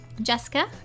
Jessica